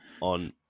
on